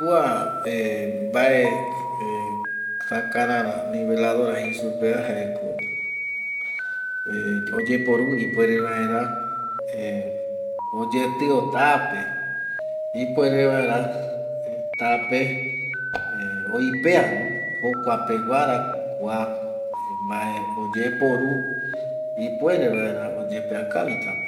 Kua eh mbae eh takarara niveladora jei supeva jaeko oyeporu ipuere vaera eh oyetio tape, ipuere vaera tape eh oipeano jokua peguarako kua mbae oyeporu ipuere vaera oyepea kavi tape